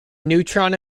neutron